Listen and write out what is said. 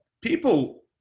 people